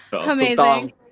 Amazing